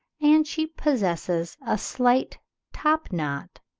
and she possesses a slight top-knot,